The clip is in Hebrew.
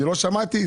לא שמעתי.